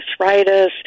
arthritis